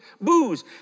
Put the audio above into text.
booze